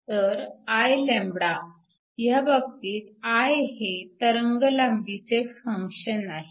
तर Iλ ह्या बाबतीत I हे तरंगलांबीचे फंक्शन आहे